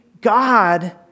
God